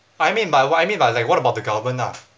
I mean by why I mean like what about the government ah